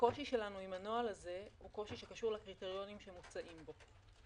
הקושי שלנו עם הנוהל הזה הוא קושי שקשור לקריטריונים שמוצעים בו.